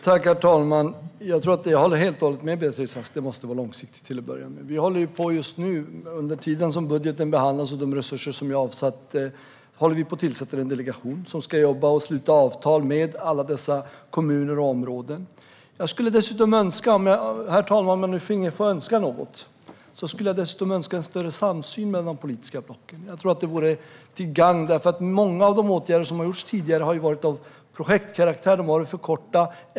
Herr talman! Jag håller helt och hållet med Beatrice Ask om att det till att börja med måste vara långsiktigt. Under tiden som budgeten behandlas håller vi med de resurser som avsatts på att tillsätta en delegation. Den ska jobba och sluta avtal med alla dessa kommuner och områden. Herr talman! Om jag finge önska något skulle jag önska en större samsyn mellan de politiska blocken. Det vore till gagn. Många av de åtgärder som har vidtagits tidigare har varit av projektkaraktär och för korta.